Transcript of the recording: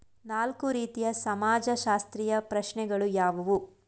ನಾಲ್ಕು ರೀತಿಯ ಸಮಾಜಶಾಸ್ತ್ರೀಯ ಪ್ರಶ್ನೆಗಳು ಯಾವುವು?